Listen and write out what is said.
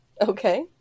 Okay